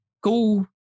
go